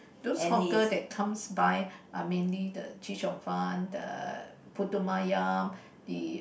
those hawker that comes by are mainly the chee-cheong-fun the putu-mayam the